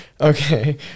Okay